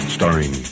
Starring